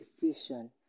decision